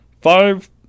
five